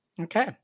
okay